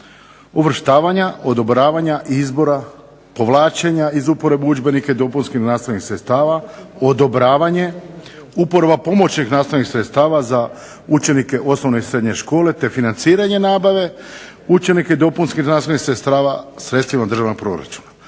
uvrštavanja, odobravanja izbora, povlačenja iz uporabe udžbenika i dopunskih nastavnih sredstava, odobravanje, uporaba pomoćnih nastavnih sredstava za učenike osnovne i srednje škole, te financiranje nabave učenika i dopunskih nastavnih sredstava sredstvima državnog proračuna.